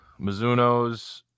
mizunos